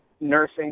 Nursing